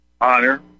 honor